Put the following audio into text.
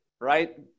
right